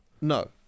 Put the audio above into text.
No